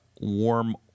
warm